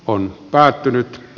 on päättynyt